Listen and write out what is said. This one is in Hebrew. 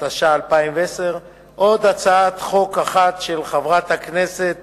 התש"ע 2010, עוד הצעת חוק של חברת הכנסת